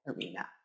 arena